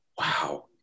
wow